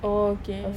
oh okay